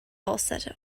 falsetto